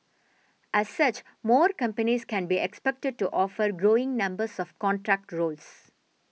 as such more companies can be expected to offer growing numbers of contract roles